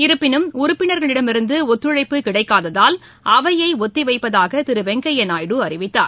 இருப்பினும் உறுப்பினர்களிடமிருந்து ஒத்துழைப்பு கிடைக்காததால் அவையை ஒத்திவைப்பதாக திரு வெங்கையா நாயுடு அறிவித்தார்